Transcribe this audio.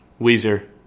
Weezer